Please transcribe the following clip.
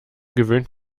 gewöhnt